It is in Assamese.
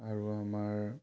আৰু আমাৰ